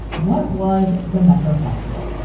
what was the metrosexual?